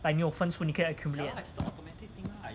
like 你有分数你可以来 accumulate